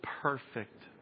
perfect